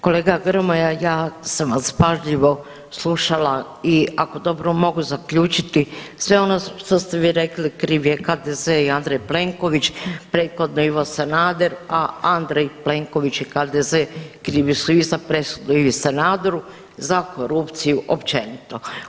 Kolega Grmoja ja sam vas pažljivo slušala i ako dobro mogu zaključiti sve ono što ste vi rekli kriv je HDZ i Andrej Plenković, prethodno Ivo Sanader, a Andrej Plenković i HDZ krivi su i za presudu Ivi Sanaderu za korupciju općenito.